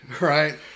right